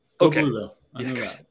okay